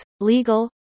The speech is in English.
legal